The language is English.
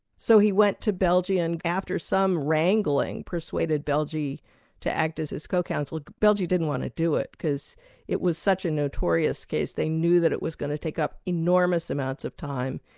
so he went to belge and after some wrangling, persuaded belge to act as his co-counsel. belge didn't want to do it because it was such a notorious case, they knew that it was going to take up enormous amounts of time,